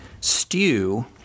stew